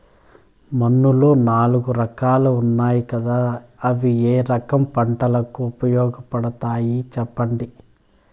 మన్నులో నాలుగు రకాలు ఉన్నాయి కదా అవి ఏ రకం పంటలకు ఉపయోగపడతాయి చెప్పండి?